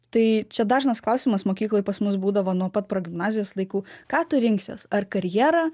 tai čia dažnas klausimas mokykloj pas mus būdavo nuo pat progimnazijos laikų ką tu rinksies ar karjerą